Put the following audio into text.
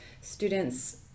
students